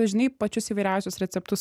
žinai pačius įvairiausius receptus